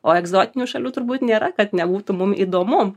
o egzotinių šalių turbūt nėra kad nebūtų mum įdomu